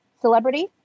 celebrity